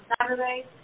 Saturday